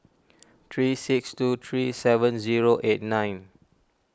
three six two three seven zero eight nine